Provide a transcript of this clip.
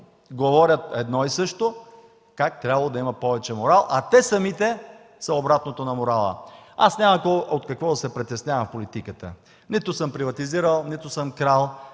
говорят едно и също – как трябвало да има повече морал, а те самите са обратното на морала. Аз няма от какво да се притеснявам в политиката – нито съм приватизирал, нито съм крал,